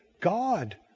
God